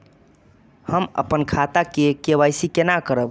हम अपन खाता के के.वाई.सी केना करब?